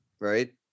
right